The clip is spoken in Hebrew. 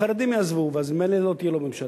החרדים יעזבו, ואז ממילא לא תהיה לו ממשלה,